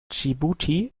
dschibuti